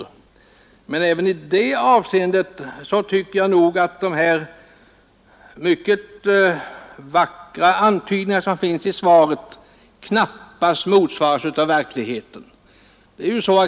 Även i det avseendet tycker jag att de mycket vackra antydningar som finns i svaret knappast motsvaras av verkligheten.